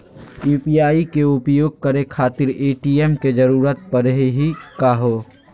UPI के उपयोग करे खातीर ए.टी.एम के जरुरत परेही का हो?